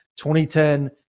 2010